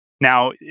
Now